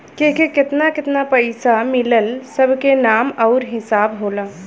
केके केतना केतना पइसा मिलल सब के नाम आउर हिसाब होला